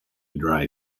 dry